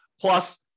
Plus